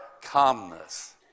calmness